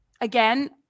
again